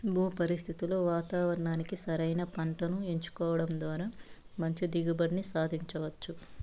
భూ పరిస్థితులు వాతావరణానికి సరైన పంటను ఎంచుకోవడం ద్వారా మంచి దిగుబడిని సాధించవచ్చు